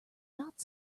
not